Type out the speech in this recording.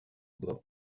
bord